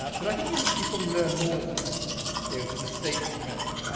ah but i think you probably learn more from yeah the mistakes you make.